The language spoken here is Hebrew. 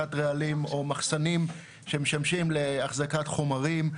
להחזקת רעלים או מחסנים שמשמשים להחזקת חומרים.